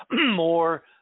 more